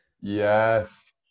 Yes